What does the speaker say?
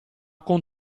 con